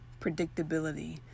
predictability